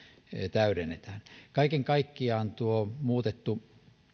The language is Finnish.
täydennetään kaiken kaikkiaan tuo muutettu